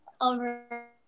over